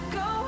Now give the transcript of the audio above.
go